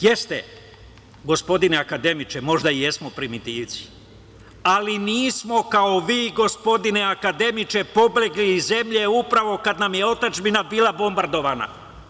Jeste, gospodine akademiče, možda jesmo primitivci, ali nismo kao vi gospodine akademiče pobegli iz zemlje upravo kada nam je otadžbina bila bombardovana.